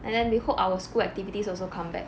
and then we hope our school activities also come back